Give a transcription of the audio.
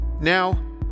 Now